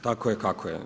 Tako je kako je.